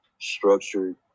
structured